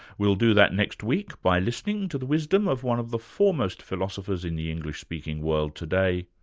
we'll do that next week, by listening to the wisdom of one of the foremost philosophers in the english-speaking world today,